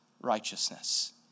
righteousness